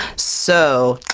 so,